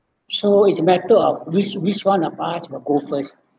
so it's matter of which which one of us will go first